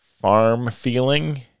farm-feeling